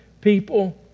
people